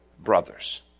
brothers